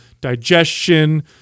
digestion